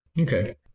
Okay